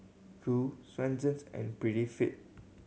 Qoo Swensens and Prettyfit